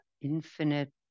infinite